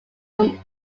from